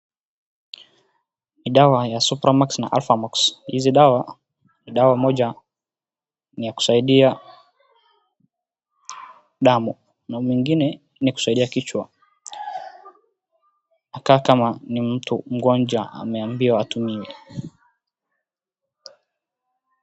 Ni dawa ya supramox na alfamax. Hizi dawa ni dawa moja ya kusaidia damu na mwingine ni kusaidia kichwa inakaa kama ni mtu mgonjwa ameambiwa...